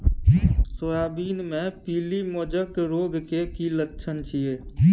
Soybean मे पीली mosaic रोग के की लक्षण छीये?